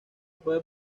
puede